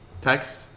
text